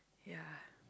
ya